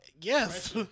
Yes